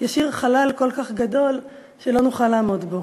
ישאיר חלל כל כך גדול שלא נוכל לעמוד בו.